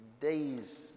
days